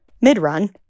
mid-run